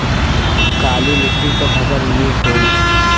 काली मिट्टी क फसल नीक होई?